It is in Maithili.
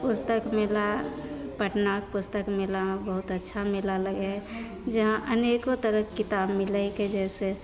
पुस्तक मेला पटनाके पुस्तक मेलामे बहुत अच्छा मेला लगैत हय जहाँ अनेको तरहके किताब मिलैत हीकै जैसे